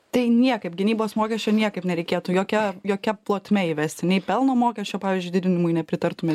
tai niekaip gynybos mokesčio niekaip nereikėtų jokia jokia plotme įvesti nei pelno mokesčio pavyzdžiui didinimui nepritartumėt